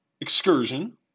Excursion